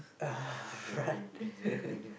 ah right